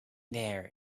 there